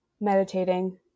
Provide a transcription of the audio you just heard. Meditating